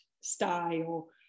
style